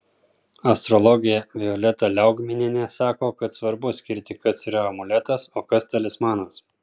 astrologė violeta liaugminienė sako kad svarbu skirti kas yra amuletas o kas talismanas